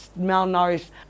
malnourished